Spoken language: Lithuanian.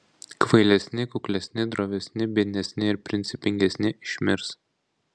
kvailesni kuklesni drovesni biednesni ir principingesni išmirs